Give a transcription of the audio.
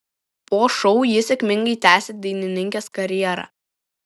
po šou ji sėkmingai tęsė dainininkės karjerą